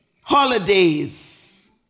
holidays